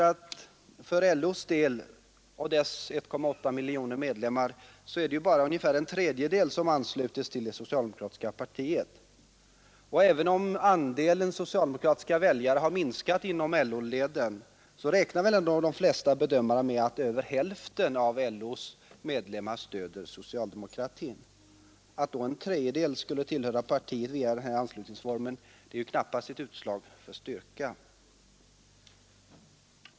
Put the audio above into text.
Av LO:s 1,8 miljoner medlemmar är bara en tredjedel anslutna till socialdemokratiska partiet, och även om andelen socialdemokratiska väljare har minskat inom LO-leden så räknar väl de flesta bedömare med att över hälften av LO:s medlemmar i allmänna val stöder socialdemokratin. Att då en tredjedel skulle tillhöra partiet via den här anslutningsformen är knappast något utslag för styrka.